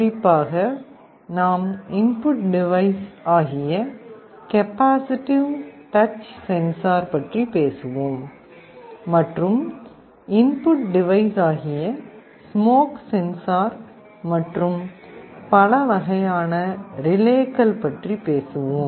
குறிப்பாக நாம் input device ஆகிய கெபாசிட்டிவ் டச் சென்சார் பற்றி பேசுவோம் மற்றும் இன்புட் டிவைஸ் ஆகிய ஸ்மோக் சென்சார் மற்றும் பலவகையான ரிலேக்கள் பற்றி பேசுவோம்